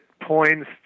points